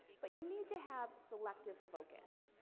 but you need to have selective focus.